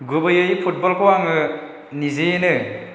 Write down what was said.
गुबैयै फुटबलखौ आङो निजेयैनो